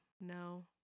no